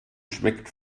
schmeckt